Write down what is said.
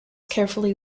carefully